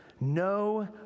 no